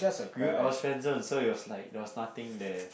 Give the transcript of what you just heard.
you I was friend zone so there was like nothing there